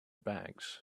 bags